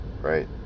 right